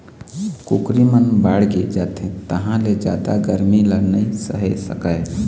कुकरी मन बाड़गे जाथे तहाँ ले जादा गरमी ल नइ सहे सकय